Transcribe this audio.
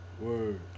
Word